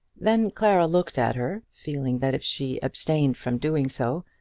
then clara looked at her, feeling that if she abstained from doing so,